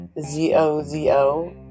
Z-O-Z-O